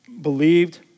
believed